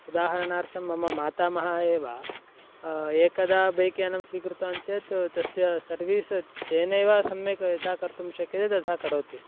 उदाहरणार्थं मम मातामहः एव एकदा बैक्यानं स्वीकृतवान् चेत् तस्य सर्वीस् तेनैव सम्यक् यथा कर्तुं शक्यते तथा करोति